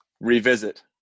revisit